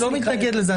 אני לא מתנגד לזה.